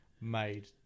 made